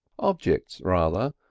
objects rather,